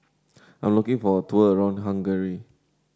I am looking for a tour around Hungary